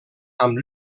amb